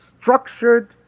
structured